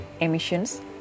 emissions